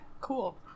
cool